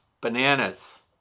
Bananas